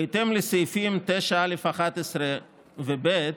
בהתאם לסעיפים 9(א)(11) ו-9(ב)